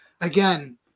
again